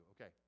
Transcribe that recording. Okay